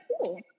cool